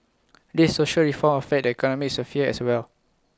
these social reforms affect the economic sphere as well